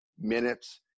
minutes